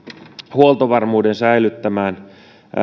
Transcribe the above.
huoltovarmuuden säilyttämään